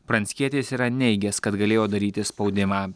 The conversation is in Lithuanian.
pranckietis yra neigęs kad galėjo daryti spaudimą